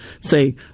say